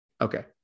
Okay